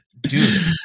Dude